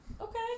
okay